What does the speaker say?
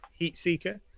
Heatseeker